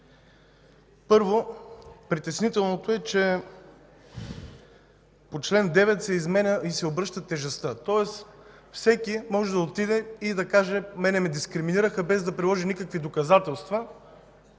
Първо, притеснителното е, че по чл. 9 се изменя и се обръща тежестта. Тоест всеки може да отиде и да каже: „Мен ме дискриминираха!”, без да приложи никакви доказателства